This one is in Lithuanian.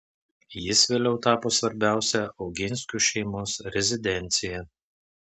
jis vėliau tapo svarbiausia oginskių šeimos rezidencija